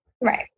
Right